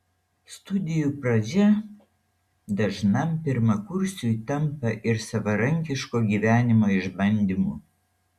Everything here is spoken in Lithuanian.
studijų pradžia dažnam pirmakursiui tampa ir savarankiško gyvenimo išbandymu